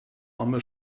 arme